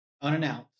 unannounced